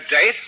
date